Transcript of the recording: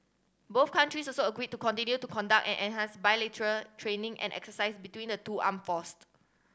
both countries also agreed to continue to conduct and enhance bilateral training and exercise between the two armed forced